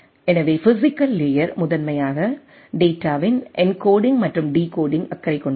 எனவே physical layer முதன்மையாக டேட்டாவின் என்கோடிங் மற்றும் டிகோடிங்கில் அக்கறை கொண்டுள்ளது